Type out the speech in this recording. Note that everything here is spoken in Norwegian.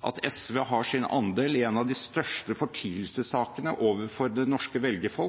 at SV har sin andel i en av de største fortielsessakene overfor norske velgere